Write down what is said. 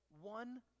one